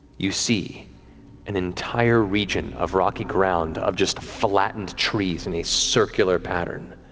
you see an entire region of rocky ground, of just flattened trees in a circular pattern